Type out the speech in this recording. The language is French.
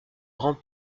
grand